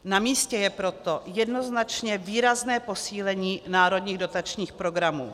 Namístě je proto jednoznačně výrazné posílení národních dotačních programů.